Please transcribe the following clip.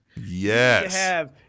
Yes